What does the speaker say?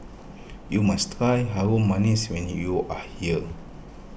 you must try Harum Manis when you are here